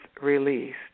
released